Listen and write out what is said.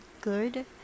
good